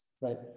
right